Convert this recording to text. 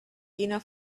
quina